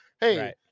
Hey